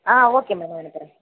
ஆ okay madam அனுப்புகிறேன்